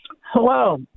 Hello